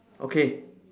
okay